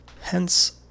hence